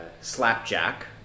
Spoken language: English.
Slapjack